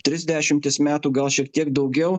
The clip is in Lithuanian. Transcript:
tris dešimtis metų gal šiek tiek daugiau